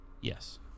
Yes